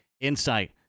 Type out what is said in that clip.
insight